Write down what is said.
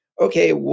okay